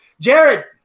Jared